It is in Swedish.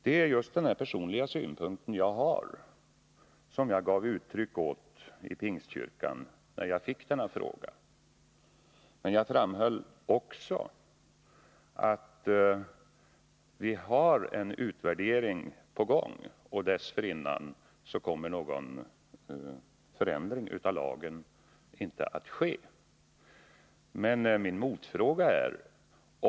Det är just den här personliga synpunkten som jag gav uttryck åt i Pingstkyrkan när jag fick frågan. Jag framhöll också att vi håller på med en utvärdering och att lagen inte kommer att ändras innan utvärderingen är klar.